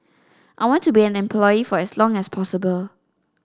I want to be an employee for as long as possible